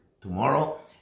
tomorrow